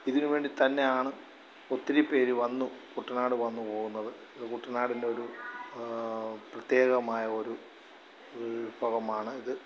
ഇതിന് വേണ്ടിത്തന്നെ ആണ് ഒത്തിരിപ്പേർ വന്നു കുട്ടനാട് വന്നു പോകുന്നത് ഇത് കുട്ടനാടിൻ്റെ ഒരു പ്രത്യേകമായ ഒരു വിഭവമാണ് ഇത്